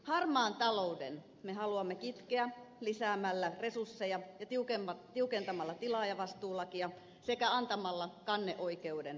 harmaan talouden me haluamme kitkeä lisäämällä resursseja ja tiukentamalla tilaajavastuulakia sekä antamalla kanneoikeuden ammattiliitoille